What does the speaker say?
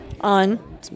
on